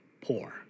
Poor